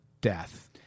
death